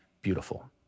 beautiful